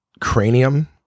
cranium